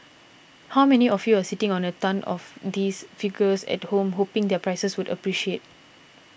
how many of you are sitting on a tonne of these figures at home hoping their prices would appreciate